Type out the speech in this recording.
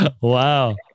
Wow